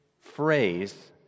phrase